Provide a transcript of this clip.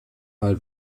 mal